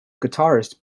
guitarist